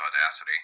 Audacity